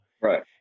right